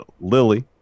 Lily